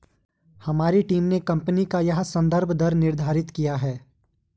हमारी टीम ने कंपनी का यह संदर्भ दर निर्धारित किया है